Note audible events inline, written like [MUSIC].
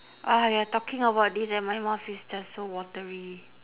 [NOISE] you're talking about this and my mouth is just so watery